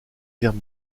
guerre